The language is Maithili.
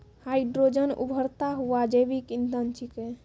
हाइड्रोजन उभरता हुआ जैविक इंधन छिकै